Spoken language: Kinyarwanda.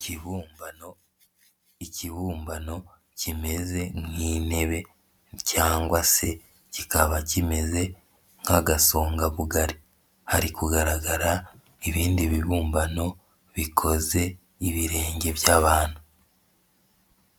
Ikibumbano, ikibumbano kimeze nk'intebe cyangwa se kikaba kimeze nk'agasongabugari, hari kugaragara ibindi bibumbano bikoze ibirenge by'abantu.